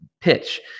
pitch